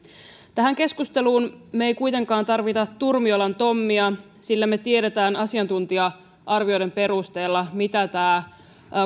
tähän keskusteluun me emme kuitenkaan tarvitse turmiolan tommia sillä me tiedämme asiantuntija arvioiden perusteella mitä tämä